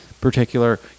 particular